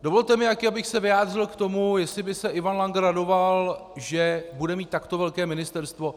Dovolte mi také, abych se vyjádřil k tomu, jestli by se Ivan Langer radoval, že bude mít takto velké ministerstvo.